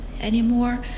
anymore